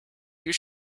you